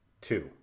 Two